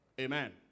Amen